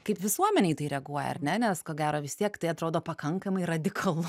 kaip visuomenė į tai reaguoja ar ne nes ko gero vis tiek tai atrodo pakankamai radikalus